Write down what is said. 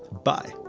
bye!